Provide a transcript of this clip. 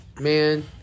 man